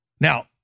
Now